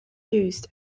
used